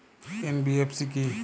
NBFC কী?